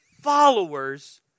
followers